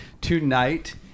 tonight